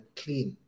clean